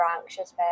anxious